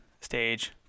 stage